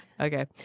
Okay